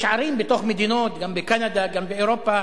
יש ערים בתוך מדינות, גם בקנדה, גם באירופה,